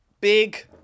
big